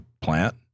plant